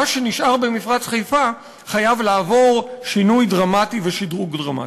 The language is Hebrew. מה שנשאר במפרץ חיפה חייב לעבור שינוי דרמטי ושדרוג דרמטי.